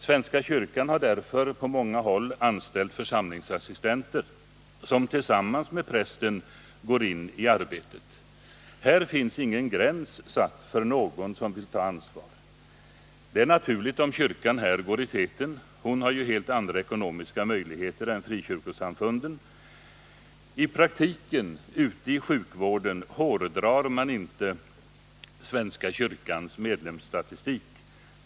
Svenska kyrkan har därför på många håll anställt församlingsassistenter, som tillsammans med prästen går in i arbetet. Här finns ingen gräns satt för någon som vill ta ansvar. Det är naturligt om kyrkan här går i täten. Hon har ju helt andra ekonomiska möjligheter än frikyrkosamfunden. I praktiken ute i sjukvården hårdrar man inte svenska kyrkans medlems Nr 149 statistik.